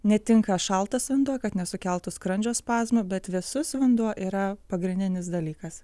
netinka šaltas vanduo kad nesukeltų skrandžio spazmų bet vėsus vanduo yra pagrindinis dalykas